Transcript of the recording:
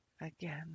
Again